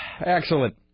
Excellent